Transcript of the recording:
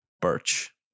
Birch